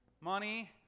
money